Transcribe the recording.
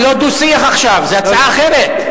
זה לא דו-שיח עכשיו, זו הצעה אחרת.